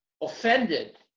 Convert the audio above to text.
Offended